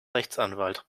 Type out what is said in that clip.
rechtsanwalt